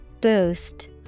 Boost